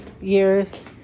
years